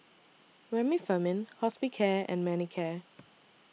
Remifemin Hospicare and Manicare